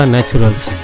Naturals